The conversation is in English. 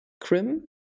Krim